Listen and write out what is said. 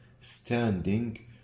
standing